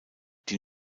die